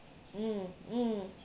mm mm